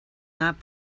not